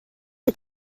est